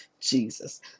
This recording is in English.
Jesus